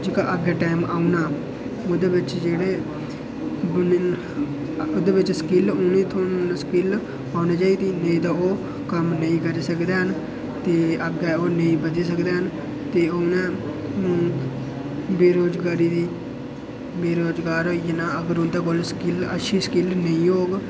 जेह्का अग्गें टैम औना उ'दै बिच जेह्ड़े उं'दे बिच स्किल होनी स्किल होना चाहिदी नेईं तां ओह् कम्म नेईं करी सकदे है'न ते अग्गें ओह् नेईं बधी सकदे है'न ते उ'नें बेरोज़गारी दी मेरा रोज़गार होई जंदा अगर ओह् इं'दे कोल स्किल अच्छी स्किल नेईं होग